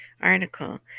article